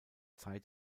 zeit